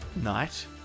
night